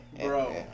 Bro